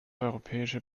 europäische